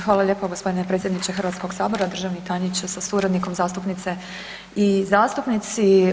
Hvala lijepa, g. predsjedniče Hrvatskog sabora, državni tajniče sa suradnikom, zastupnice i zastupnici.